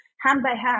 hand-by-hand